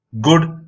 good